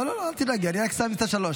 לא, אל תדאגי, אני רק שם את השלוש.